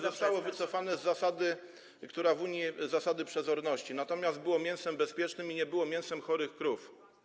Zostało wycofane z zasady, która jest w Unii, zasady przezorności, natomiast było mięsem bezpiecznym i nie było mięsem chorych krów.